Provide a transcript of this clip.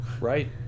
right